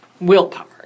Willpower